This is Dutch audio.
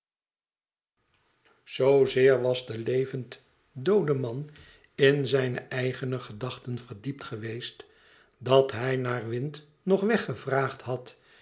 zoo zeer was de levend doode man in zijne eigene gedachten verdiept geweest dat hij naar wind noch weg gevraagd had